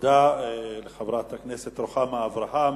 תודה רבה, חברת הכנסת רוחמה אברהם.